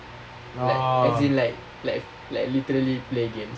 orh